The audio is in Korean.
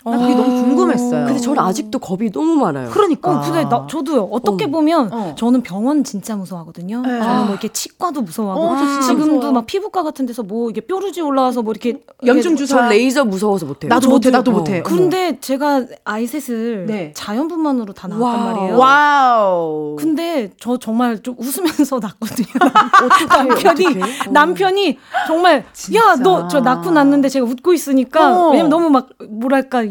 난 그게 너무 궁금했어요. 근데 저는 아직도 겁이 너무 많아요. 그러니까. 어, 근데 나- 저도요. 어떻게 어. 보면 어. 저는 병원 진짜 무서워하거든요. 저는 뭐 아. 이렇게 치과도 무서워하고 어, 저 진짜 지금도 무서워요. 막 피부과 같은 데서 뭐 이게 뾰루지 올라와서 뭐 이렇게 염증 이렇게 주사. 저 레이저 무서워서 못해요. 나도 못해, 나도 저도요. 못해. 어머. 근데 제가 아이셋을 네. 자연분만으로 다 낳았단 말이에요. 와우. 근데 저 정말 좀 웃으면서 낳거든요. 어떡해, 남편이- 어떡해? 어. 남편이 정말 야, 진짜. 너 저 낳고 났는데 제가 웃고 있으니까 왜냐면 어. 너무 막 뭐랄까요?